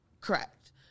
Correct